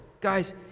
guys